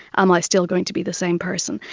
am i still going to be the same person?